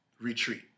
Retreat